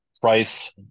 price